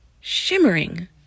shimmering